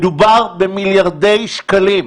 מדובר במיליארדי שקלים.